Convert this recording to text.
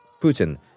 Putin